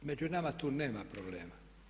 Među nama tu nema problema.